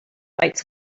lights